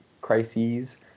crises